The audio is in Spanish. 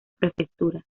prefectura